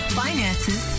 finances